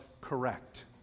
correct